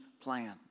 plan